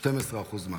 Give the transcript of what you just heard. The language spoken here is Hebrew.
12% מהאוכלוסייה.